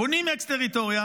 בונים אקס-טריטוריה